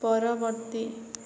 ପରବର୍ତ୍ତୀ